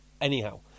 anyhow